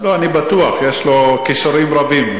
אני בטוח, יש לו כישורים רבים.